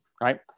right